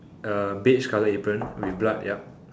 uh beige colour apron with blood yup